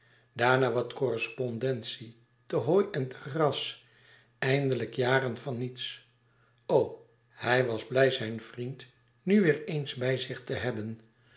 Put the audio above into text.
daarna wat correspondentie te hooi en te gras eindelijk jaren van niets o hij was blij zijn vriend nu weêr eens bij zich te hebben